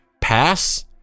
pass